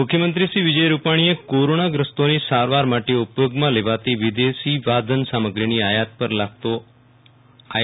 એમ મુખ્યમંત્રી શ્રી વિજય રૂપાણીએ કોરોનાગ્રસ્તોની સારવાર માટે ઉપયોગમાં લેવાતી વિદેશી સાધન સામગ્રીની આયાત પર લાગતો આઈ